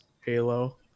Halo